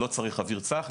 לא צריך אוויר צח.